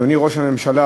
אדוני ראש הממשלה,